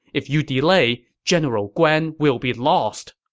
if you delay, general guan will be lost!